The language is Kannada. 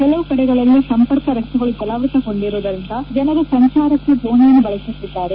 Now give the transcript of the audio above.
ಕೆಲವು ಕಡೆ ಸಂಪರ್ಕ ರಸ್ತೆಗಳು ಜಲಾವೃತಗೊಂಡಿರುವುದರಿಂದ ಜನರು ಸಂಚಾರಕ್ಕೆ ದೋಣಿಯನ್ನು ಬಳಸುತ್ತಿದ್ದಾರೆ